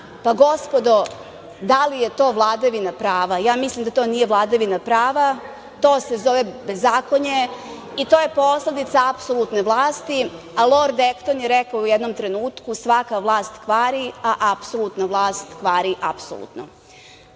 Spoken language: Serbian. Gospodo, da li je to vladavina prava? Ja mislim da to nije vladavina prava, to se zove bezakonje i to je posledica apsolutne vlasti. Lord Ekton je rekao u jednom trenutku - svaka vlast kvari a apsolutna vlast kvari apsolutno,